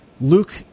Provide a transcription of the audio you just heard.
Luke